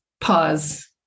Pause